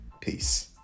Peace